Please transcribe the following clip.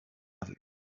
travel